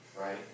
right